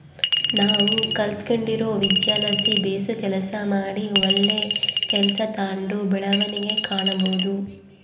ನಾವು ಕಲಿತ್ಗಂಡಿರೊ ವಿದ್ಯೆಲಾಸಿ ಬೇಸು ಕೆಲಸ ಮಾಡಿ ಒಳ್ಳೆ ಕೆಲ್ಸ ತಾಂಡು ಬೆಳವಣಿಗೆ ಕಾಣಬೋದು